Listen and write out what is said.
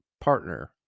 partner